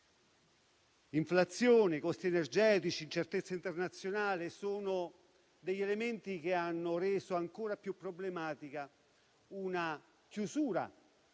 Inflazione, costi energetici, incertezza internazionale sono elementi che hanno reso ancora più problematica la chiusura